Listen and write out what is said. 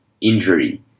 injury